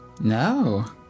No